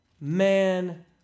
man